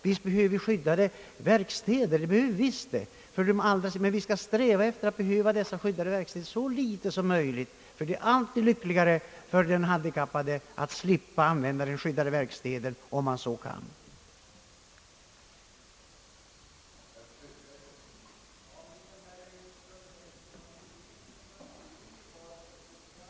Visst behöver vi skyddade verkstäder för de handikappade; men vi skall sträva efter att behöva sådana i så liten utsträckning som möjligt, ty det är alltid lyckligare för den handikappade att slippa utnyttja den skyddade verkstaden genom att få arbete i öppna marknaden.